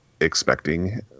expecting